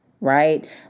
Right